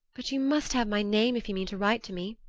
but you must have my name if you mean to write to me.